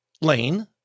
lane